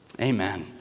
Amen